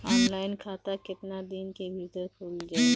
Online खाता केतना दिन के भीतर ख़ुल जाई?